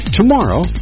tomorrow